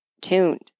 tuned